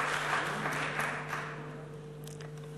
כפיים)